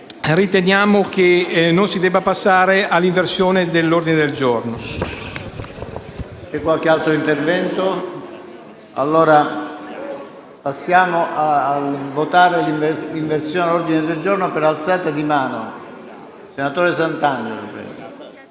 riteniamo che non si debba procedere all'inversione dell'ordine del giorno.